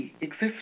exist